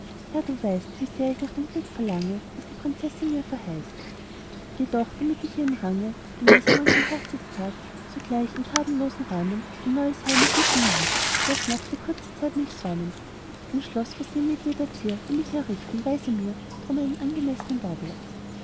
herr du weißt wie sehr ich nach dem glück verlange das die prinzessin mir verheißt jedoch damit ich ihrem range gemäß an unserm hochzeitstag sogleich in tadellosen räumen ein neues heim ihr bieten mag laß noch für kurze zeit mich säumen ein schloß versehn mit jeder zier will ich errichten weise mir drum einen angemessnen bauplatz